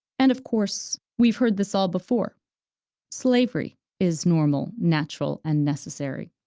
and of course, we've heard this all before slavery is normal, natural, and necessary,